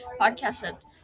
podcast